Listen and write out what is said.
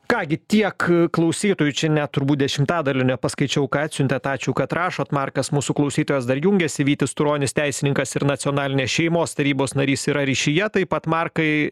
ką gi tiek klausytojų čia net turbūt dešimtadalio nepaskaičiau ką atsiuntėt ačiū kad rašot markas mūsų klausytojas dar jungiasi vytis turonis teisininkas ir nacionalinės šeimos tarybos narys yra ryšyje taip pat markai